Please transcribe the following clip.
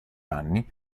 anni